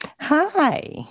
Hi